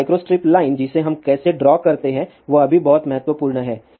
अब microstrip line जिसे हम कैसे ड्रा करते हैं वह भी बहुत महत्वपूर्ण है